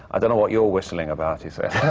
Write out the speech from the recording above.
i don't know what you're whistling about.